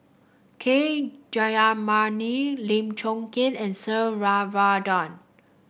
K Jayamani Lim Chong Keat and Sir Varathan